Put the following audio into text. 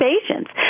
patients